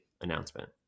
announcement